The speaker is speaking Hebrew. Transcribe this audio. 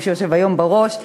מי שיושב היום בראש,